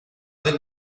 del